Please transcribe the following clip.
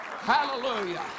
hallelujah